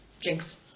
Jinx